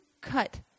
cut